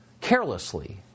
carelessly